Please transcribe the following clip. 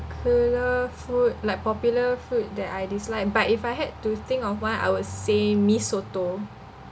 food like popular food that I dislike but if I had to think of one I would say mee soto